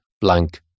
blank